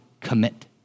commit